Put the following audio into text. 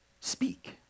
speak